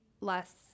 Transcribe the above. less